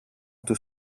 του